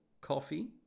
coffee